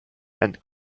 and